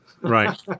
Right